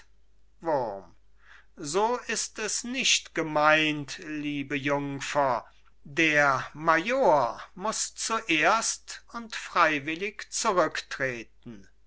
so ist es nicht gemeint liebe jungfer der major muß zuerst und freiwillig zurücktreten